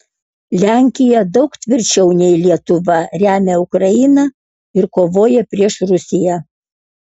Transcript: lenkija daug tvirčiau nei lietuva remia ukrainą ir kovoja prieš rusiją